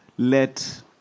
let